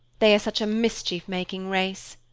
they are such a mischief-making race.